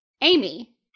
Amy